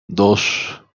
dos